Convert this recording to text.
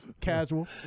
casual